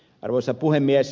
arvoisa puhemies